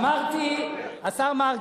אמרתי קודם, השר מרגי,